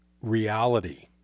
reality